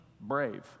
brave